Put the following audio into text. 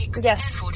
Yes